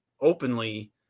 openly